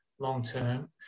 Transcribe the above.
long-term